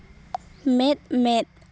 ᱢᱮᱫ ᱢᱮᱫ